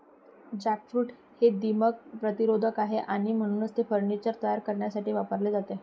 jackfruit हे दीमक प्रतिरोधक आहे आणि म्हणूनच ते फर्निचर तयार करण्यासाठी वापरले जाते